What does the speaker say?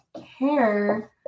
care